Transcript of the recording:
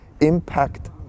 impact